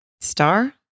Star